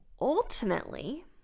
ultimately